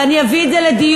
ואני אביא את זה לדיון,